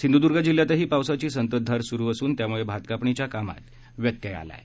सिंधूदूर्ग जिल्ह्यातही पावसाची संततधार सुरु असून त्यामुळे भातकापणीच्या कामात व्यत्यय आला आहे